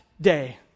day